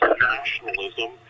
nationalism